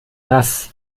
nass